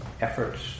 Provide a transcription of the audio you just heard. efforts